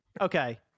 Okay